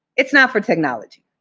it's not for technology.